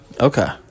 Okay